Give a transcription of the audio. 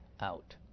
out